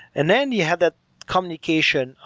and then you have the communication.